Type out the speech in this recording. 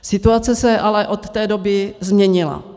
Situace se ale od té doby změnila.